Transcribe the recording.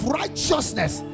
righteousness